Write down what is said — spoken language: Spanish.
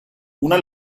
una